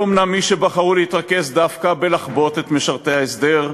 היו אומנם מי שבחרו להתרכז דווקא בלחבוט את משרתי ההסדר,